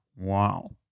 Wow